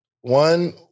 One